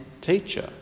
teacher